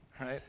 right